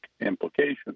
implications